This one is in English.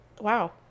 wow